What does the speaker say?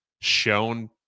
shown